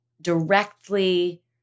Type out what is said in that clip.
directly